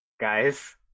Guys